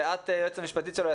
שאת היועצת המשפטית שלו,